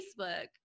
Facebook